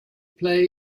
play